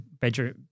bedroom